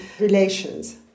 relations